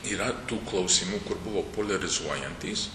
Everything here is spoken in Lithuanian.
yra tų klausimų kur buvo poliarizuojantys